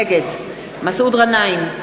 נגד מסעוד גנאים,